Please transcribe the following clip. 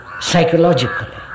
psychologically